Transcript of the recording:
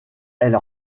elle